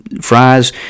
fries